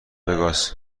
وگاس